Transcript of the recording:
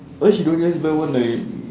why she don't just buy one like